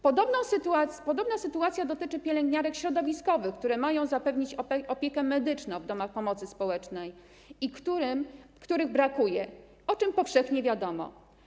Podobna sytuacja dotyczy pielęgniarek środowiskowych, które mają zapewnić opiekę medyczną w domach pomocy społecznej i których brakuje, o czym powszechnie wiadomo.